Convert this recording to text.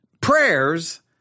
prayers